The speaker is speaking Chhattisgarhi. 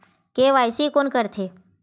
के.वाई.सी कोन करथे?